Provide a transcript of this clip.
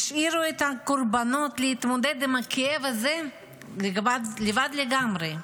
השאירו את הקורבנות להתמודד עם הכאב הזה לבד לגמרי.